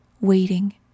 waiting